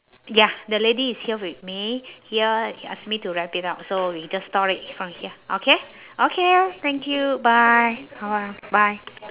ya the lady is here with me here she ask me to wrap it up so we just stop it from here okay okay thank you bye bye bye